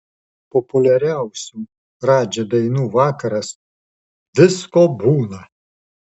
populiariausių radži dainų vakaras visko būna